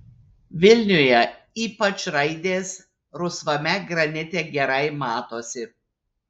vilniuje ypač raidės rusvame granite gerai matosi